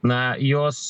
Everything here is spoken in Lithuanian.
na jos